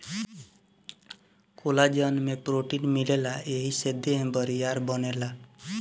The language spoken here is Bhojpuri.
कोलाजन में प्रोटीन मिलेला एही से देह बरियार बनेला